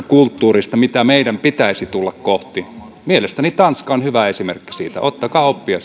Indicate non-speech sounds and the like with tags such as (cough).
(unintelligible) kulttuurista mitä kohti meidän pitäisi tulla mielestäni tanska on hyvä esimerkki siitä ottakaa oppia (unintelligible)